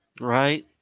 Right